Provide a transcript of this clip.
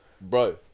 bro